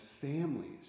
families